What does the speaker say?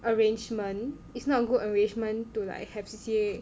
arrangement is not good arrangement to like have C_C_A